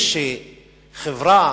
חברה